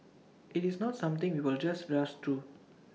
IT is not something we will just rush through